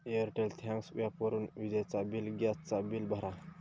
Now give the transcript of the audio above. Airtel thanks ॲपवरून विजेचा bill, gas चा बिल भरा